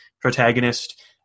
protagonist